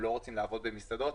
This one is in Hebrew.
הם לא רוצים לעבוד במסעדות,